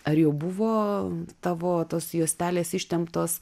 ar jau buvo tavo tos juostelės ištemptos